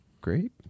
Great